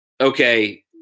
okay